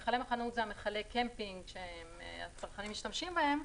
אלה מכלי קמפינג שהצרכנים משתמשים בהם.